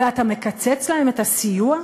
ואתה מקצץ להם את הסיוע?